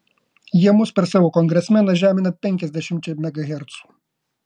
jie mus per savo kongresmeną žemina penkiasdešimčia megahercų